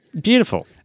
Beautiful